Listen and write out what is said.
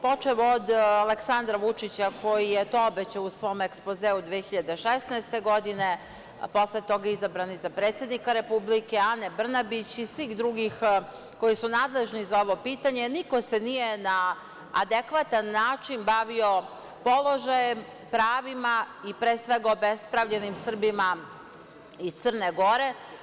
Počev od Aleksandra Vučića koji je to obećao u svom ekspozeu 2016. godine, posle toga je izabran i za predsednika Republike, Ane Brnabić i svih drugih koji su nadležni za ovo pitanje, niko se nije na adekvatan način bavio položajem, pravima i pre svega obespravljenim Srbima iz Crne Gore.